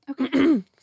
Okay